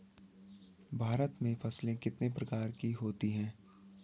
भारत में फसलें कितने प्रकार की होती हैं?